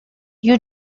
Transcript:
you